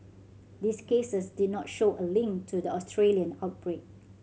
these cases did not show a link to the Australian outbreak